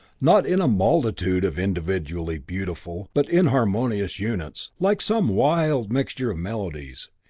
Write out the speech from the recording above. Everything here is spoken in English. not in a multitude of individually beautiful, but inharmonious units, like some wild mixture of melodies,